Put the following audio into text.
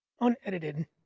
unedited